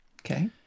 Okay